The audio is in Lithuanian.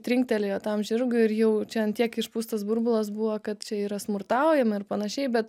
trinktelėjo tam žirgui ir jau čia ant tiek išpūstas burbulas buvo kad čia yra smurtaujama ir panašiai bet